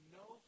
no